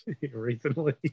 recently